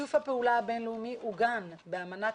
שיתוף הפעולה הבין-לאומי עוגן באמנת